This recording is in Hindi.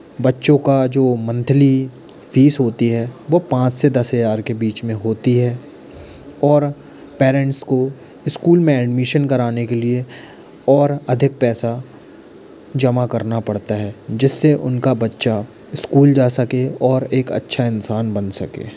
बच्चों का जो मंथली फीस होती है वो पाँच से दस हजार के बीच में होती है और पेरेंट्स को स्कूल में एडमिशन कराने के लिए और अधिक पैसा जमा करना पड़ता है जिससे उनका बच्चा स्कूल जा सके और एक अच्छा इंसान बन सके